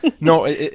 No